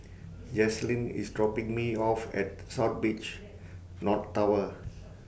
Jaclyn IS dropping Me off At South Beach North Tower